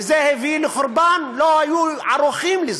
וזה הביא לחורבן, לא היו ערוכים לזה.